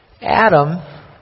Adam